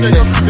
Yes